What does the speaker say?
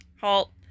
halt